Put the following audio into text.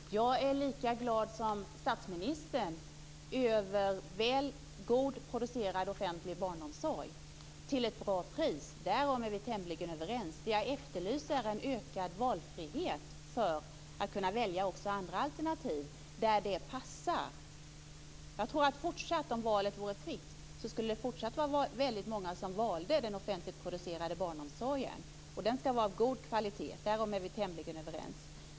Fru talman! Jag är lika glad som statsministern över väl producerad offentlig barnomsorg till ett bra pris. Därom är vi tämligen överens. Det jag efterlyser är en ökad valfrihet för att kunna välja också andra alternativ där det passar. Jag tror att om valet vore fritt skulle det fortsatt vara väldigt många som valde den offentligt producerade barnomsorgen. Och den ska vara av god kvalitet. Därom är vi tämligen överens.